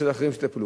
יש אחרים שיטפלו.